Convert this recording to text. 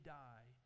die